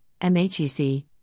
MHEC